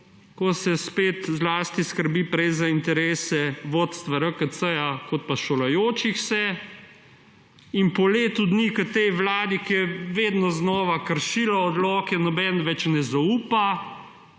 – spet se zlasti skrbi prej za interese vodstva RKC kot pa šolajočih se. Po letu dni, ko tej vladi, ki je vedno znova kršila odloke, nihče več ne zaupa,